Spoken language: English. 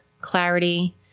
clarity